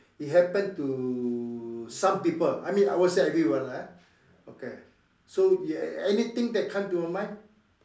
it happen to some people I mean I would say everyone lah okay so anything that come to your mind